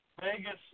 Vegas